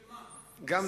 שמה?